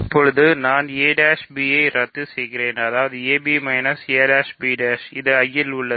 இப்போது நான் a b ஐ ரத்து செய்கிறேன் அதாவது ab a b' இது I இல் உள்ளது